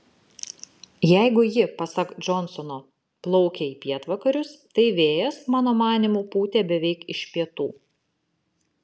jeigu ji pasak džonsono plaukė į pietvakarius tai vėjas mano manymu pūtė beveik iš pietų